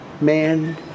man